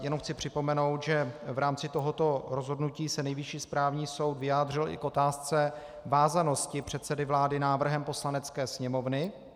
Jenom chci připomenout, že v rámci tohoto rozhodnutí se Nejvyšší správní soud vyjádřil i k otázce vázanosti předsedy vlády návrhem Poslanecké sněmovny.